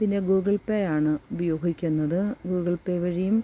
പിന്നെ Google Pay ആണ് ഉപയോഗിക്കുന്നത് ഗൂഗിൾ പേ വഴിയും